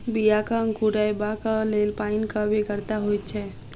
बियाक अंकुरयबाक लेल पाइनक बेगरता होइत छै